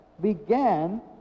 began